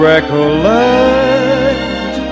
Recollect